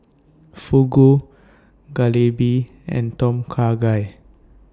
Fugu Jalebi and Tom Kha Gai